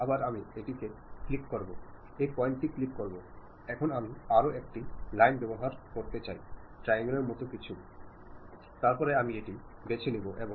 ആശയവിനിമയ പ്രക്രിയ വിജയകരം ആകുന്നതിനു സെൻസറും റിസീവർ ഉം തമ്മിലുള്ള സഹകരണമാണ് ഏറ്റവും പ്രധാനം